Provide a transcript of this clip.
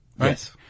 Yes